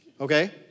Okay